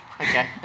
Okay